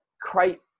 create